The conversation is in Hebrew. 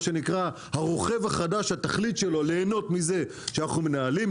התכלית של הרוכב החדש היא ליהנות מזה שאנחנו מנהלים,